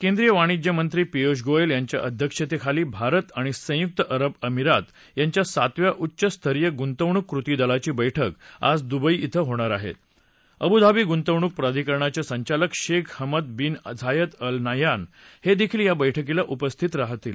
केंद्रीय वाणिज्य मंत्री पियुष गोयल यांच्या अध्यक्षतखाली भारत आणि संयुक्त अरब अमिरात यांच्या सातव्या उच्च स्तरीय गुंतवणुक कृती दलाची बैठक आज दुबई इथं होणार आह अवूधाबी गुंतवणूक प्राधिकरणाच सिंचालक Sheikh Hamad bin Zayed Al नद्यान हविखील या बेठकीला उपस्थित असतील